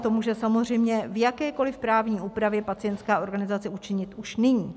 to může samozřejmě v jakékoliv právní úpravě pacientská organizace učinit už nyní.